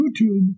YouTube